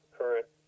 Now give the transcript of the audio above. current